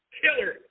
killer